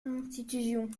institutions